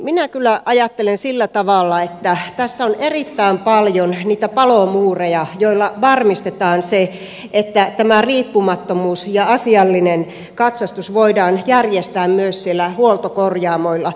minä kyllä ajattelen sillä tavalla että tässä on erittäin paljon niitä palomuureja joilla varmistetaan se että tämä riippumattomuus ja asiallinen katsastus voidaan järjestää myös siellä huoltokorjaamoilla